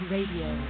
Radio